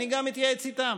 אני אתייעץ גם איתם.